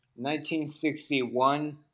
1961